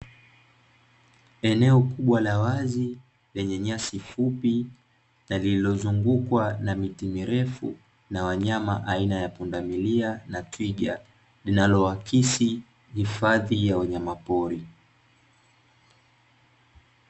Eneo kubwa la wazi lenye nyasi fupi na lilozungukwa na miti mirefu na wanyama aina ya punda milia na twiga linaloakisi hifadhi ya wanyamapori.